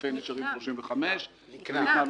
בכנפי נשרים 35. נקנה,